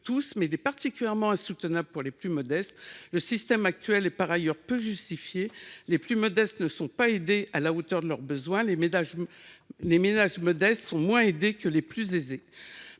mais il est parfaitement insoutenable pour les plus modestes. Le système actuel est par ailleurs peu justifié : globalement, les plus modestes ne sont pas aidés à la hauteur de leurs besoins ; les ménages modestes sont moins aidés que les plus aisés.